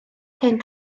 hen